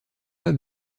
pas